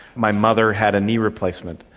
my mother had a knee replacement,